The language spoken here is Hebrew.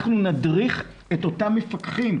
נדריך את אותם מפקחים.